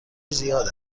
زیاد